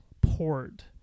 Port